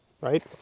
right